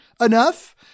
enough